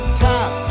top